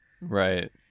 Right